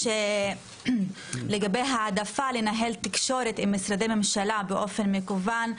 שגם לגבי העדפה לניהול תקשורת עם משרדי ממשלה באופן מקוון,